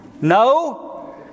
No